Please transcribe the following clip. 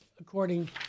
according